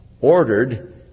ordered